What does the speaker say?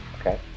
Okay